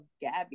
Gabby